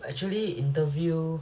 actually interview